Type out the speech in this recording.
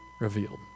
revealed